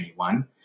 2021